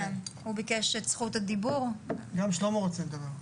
שלום לכולם.